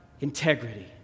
integrity